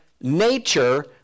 nature